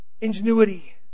Ingenuity